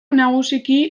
nagusiki